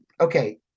okay